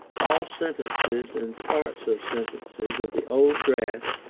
all sentences and parts of sentences of the old draft,